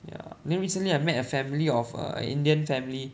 ya then recently I met a family of err indian family